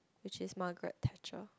which is Margaret-Thatcher